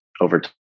over